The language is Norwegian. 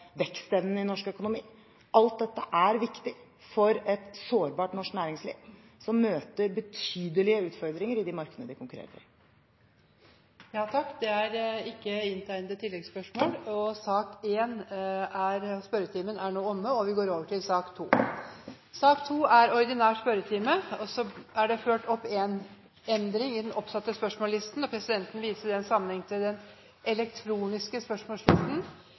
vekstevnen i norsk økonomi. Alt dette er viktig for et sårbart norsk næringsliv som møter betydelige utfordringer i de markedene det konkurrerer i. Dermed er den muntlige spørretimen omme, og vi går over til den ordinære spørretimen. Det blir noen endringer i den oppsatte spørsmålslisten, og presidenten viser i den sammenheng til den elektroniske spørsmålslisten.